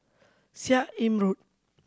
Seah Im Road